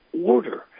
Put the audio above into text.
order